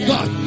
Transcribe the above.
God